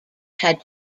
had